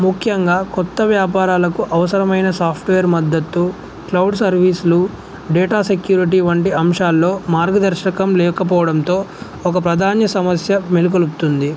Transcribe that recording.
ముఖ్యంగా కొత్త వ్యాపారాలకు అవసరమైన సాఫ్ట్వేర్ మద్దతు క్లౌడ్ సర్వీసులు డేటా సెక్యూరిటీ వంటి అంశాల్లో మార్గదర్శకం లేకపోవడంతో ఒక ప్రధాన్య సమస్య మెలుకలుపుతుంది